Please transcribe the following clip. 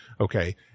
Okay